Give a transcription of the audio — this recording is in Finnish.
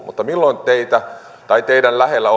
mutta milloin te tai teitä lähellä